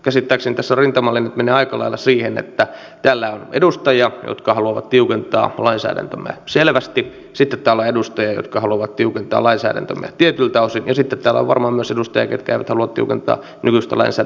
käsittääkseni tässä rintamalinjat menevät aika lailla siihen että täällä on edustajia jotka haluavat tiukentaa lainsäädäntömme selvästi sitten täällä on edustajia jotka haluavat tiukentaa lainsäädäntömme tietyltä osin ja sitten täällä on varmaan myös edustajia ketkä eivät halua tiukentaa nykyistä lainsäädäntöä ollenkaan